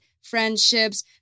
friendships